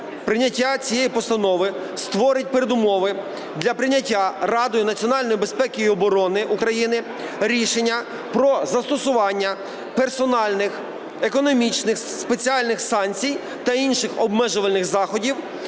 Прийняття цієї постанови створить передумови для прийняття Радою Національної безпеки і оборони України рішення про застосування персональних економічних спеціальних санкцій та інших обмежувальних заходів